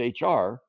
HR